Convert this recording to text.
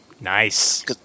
Nice